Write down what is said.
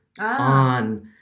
on